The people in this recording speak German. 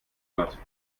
platt